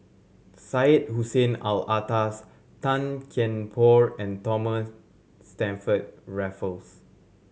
Syed Hussein Alatas Tan Kian Por and Thomas Stamford Raffles